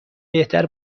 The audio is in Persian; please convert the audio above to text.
بهتر